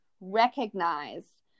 recognize